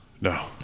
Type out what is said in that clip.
no